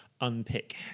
unpick